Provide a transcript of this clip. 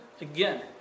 again